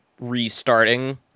restarting